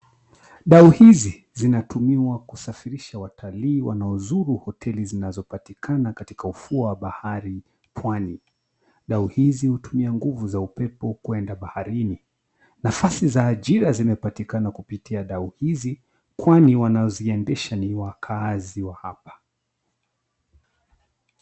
Dau hizi zinatumiwa kusafirisha watalii wanaozuru hoteli zinazopatikana katika ufuo wa bahari pwani. Dau hizi hutumia nguvu za upepo kwenda baharini. Nafasi za ajira zimepatikana kupitia dau hizi, kwani wanaoziendesha ni wakaazi wa apa.